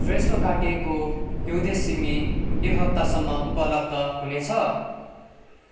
फ्रेसो काटिएको हिउँदे सिमी यो हप्तासम्म उपलब्ध हुनेछ